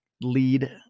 lead